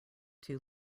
too